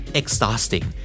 exhausting